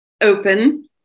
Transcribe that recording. open